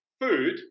food